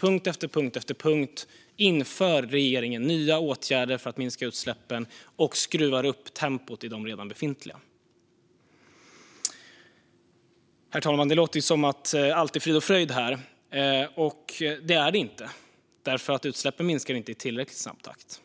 punkt efter punkt inför regeringen nya åtgärder för att minska utsläppen och skruva upp tempot i de redan befintliga. Herr talman! Det låter som om allt är frid och fröjd. Det är det inte. Utsläppen minskar inte i tillräckligt snabb takt.